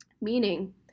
Meaning